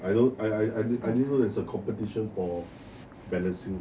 I don't I I didn't know there's a competition for balancing